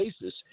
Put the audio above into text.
basis